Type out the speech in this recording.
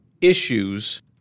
issues